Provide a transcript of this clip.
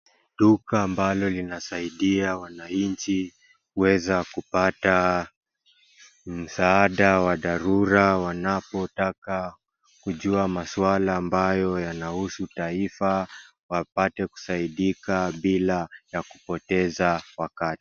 Duka ambalo linasaidia wananchi kuweza kupata msaada wa dharura wanapotaka wanapotaka kujua maswala ambayo yanahusu taifa waweze kusaidika bila ya kupoteza wakati.